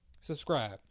subscribe